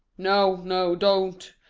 no, no, don't,